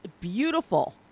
beautiful